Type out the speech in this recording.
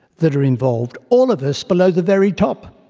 that are involved. all of us below the very top.